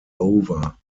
over